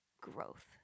growth